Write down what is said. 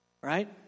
Right